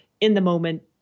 in-the-moment